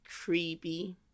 Creepy